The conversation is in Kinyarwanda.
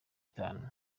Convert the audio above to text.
itanu